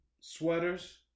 sweaters